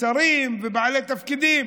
שרים ובעלי תפקידים.